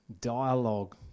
dialogue